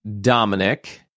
Dominic